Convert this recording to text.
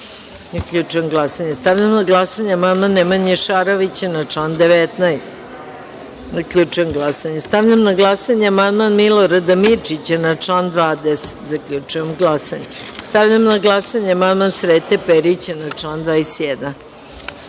15.Zaključujem glasanje. Stavljam na glasanje amandman Nemanje Šarovića na član 19.Zaključujem glasanje. Stavljam na glasanje amandman Milorada Mirčića na član 20.Zaključujem glasanje. Stavljam na glasanje amandman Srete Perića na član